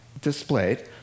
displayed